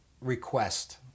request